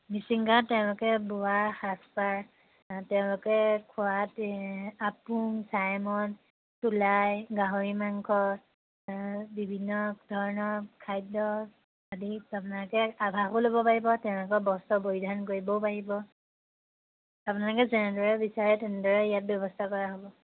মিচিং গাঁৱত তেওঁলোকে বোৱা সাজপাৰ তেওঁলোকে খোৱাত আপং ছাইমদ চুলাই গাহৰি মাংস বিভিন্ন ধৰণৰ খাদ্য আদি আপোনালোকে আভাসো ল'ব পাৰিব তেওঁলোকৰ বস্ত্ৰ পৰিধান কৰিবও পাৰিব আপোনালোকে যেনেদৰে বিচাৰে তেনেদৰে ইয়াত ব্যৱস্থা কৰা হ'ব